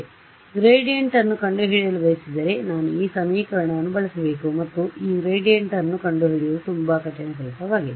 ಆದ್ದರಿಂದ ಗ್ರೇಡಿಯಂಟ್ ಅನ್ನು ಕಂಡುಹಿಡಿಯಲು ಬಯಸಿದರೆ ನಾನು ಈ ಸಮೀಕರಣವನ್ನು ಬಳಸಬೇಕು ಮತ್ತು ಈ ಗ್ರೇಡಿಯಂಟ್ ಅನ್ನು ಕಂಡುಹಿಡಿಯುವುದು ತುಂಬಾ ಕಠಿಣ ಕೆಲಸವಾಗಿದೆ